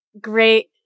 great